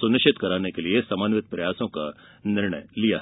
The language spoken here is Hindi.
सुनिश्चित कराने के लिए समन्वित प्रयासों का निर्णय लिया है